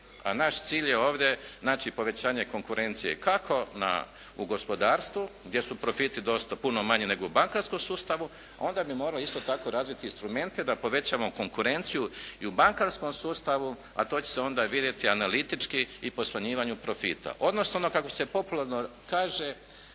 A naš je cilj ovdje znači povećanje konkurencije kako u gospodarstvu, gdje su profiti dosta, puno manji nego u bankarskom sustavu. Onda bi morao isto tako razviti instrumente da povećamo konkurenciju i u bankarskom sustavu, a to će se onda vidjeti analitički i po smanjivanju profita, odnosno ono kako se popularno kaže